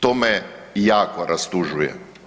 To me jako rastužuje.